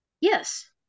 yes